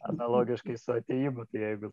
analogiškai su atėjimu tai jeigu